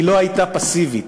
היא לא הייתה פסיבית,